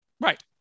right